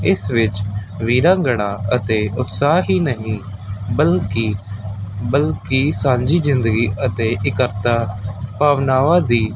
ਇਸ ਵਿੱਚ ਵੀਰਾ ਗੜਾ ਅਤੇ ਉਤਸਾਹ ਹੀ ਨਹੀਂ ਬਲਕਿ ਬਲਕਿ ਸਾਂਝੀ ਜ਼ਿੰਦਗੀ ਅਤੇ ਇਕਰਤਾ ਭਾਵਨਾਵਾਂ ਦੀ